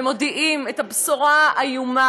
ומודיעים את הבשורה האיומה,